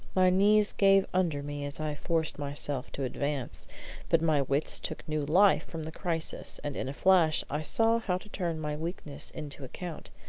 my knees gave under me as i forced myself to advance but my wits took new life from the crisis, and in a flash i saw how to turn my weakness into account.